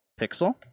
Pixel